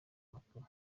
makuru